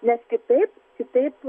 nes kitaip kitaip